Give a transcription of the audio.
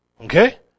Okay